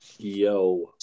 yo